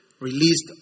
released